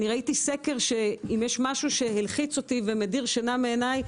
אני ראיתי סקר ואם יש משהו שהלחיץ אותי ומדיר שינה מעיניי